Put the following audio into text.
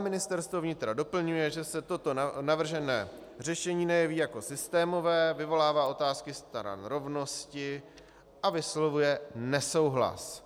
Ministerstvo vnitra doplňuje, že se toto navržené řešení nejeví jako systémové, vyvolává otázky stran rovnosti, a vyslovuje nesouhlas.